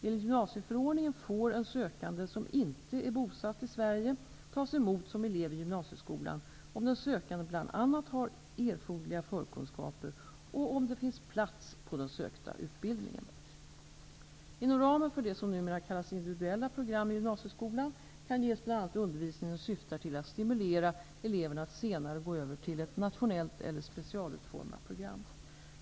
Enligt gymnasieförordningen får en sökande som inte är bosatt i Sverige tas emot som elev i gymnasieskolan om den sökande bl.a. har erforderliga förkunskaper och om det finns plats på den sökta utbildningen. Inom ramen för det som numera kallas individuella program i gymnasieskolan kan ges bl.a. undervisning som syftar till att stimulera eleverna att senare gå över till ett nationellt eller specialutformat program.